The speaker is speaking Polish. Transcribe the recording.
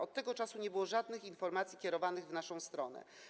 Od tego czasu nie było żadnych informacji kierowanych w naszą stronę.